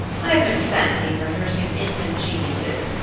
i have no fancy for nursing infant geniuses.